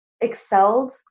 excelled